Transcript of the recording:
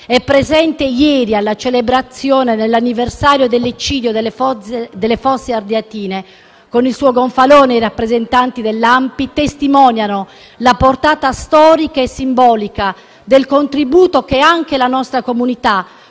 e presente ieri alla celebrazione dell'anniversario dell'eccidio delle Fosse Ardeatine con il suo gonfalone e i rappresentanti dell'ANPI - testimoniano la portata storica e simbolica del contributo che anche la nostra comunità,